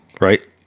right